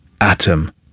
atom